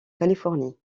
californie